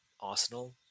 Arsenal